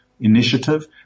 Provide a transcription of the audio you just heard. initiative